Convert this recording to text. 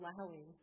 allowing